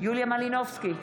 יוליה מלינובסקי,